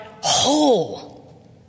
whole